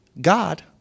God